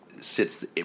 sits